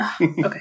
Okay